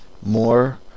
more